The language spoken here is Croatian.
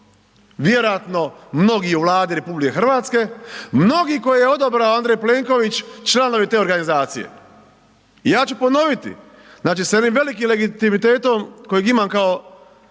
vjerojatno mnogi i u Vladi RH, mnogi koje je odabrao Andrej Plenković članovi te organizacije. Ja ću ponoviti, znači s jednim velikim legitimitetom kojeg imam kao